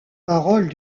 paroles